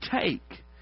take